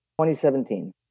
2017